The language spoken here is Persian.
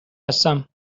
هستم